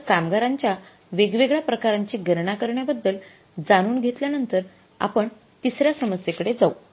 तर कामगारांच्या वेगवेगळ्या प्रकारांची गणना करण्याबद्दल जाणून घेतल्या नंतर आपण तिसऱ्या समस्येकडे जाऊ